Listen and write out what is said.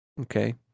Okay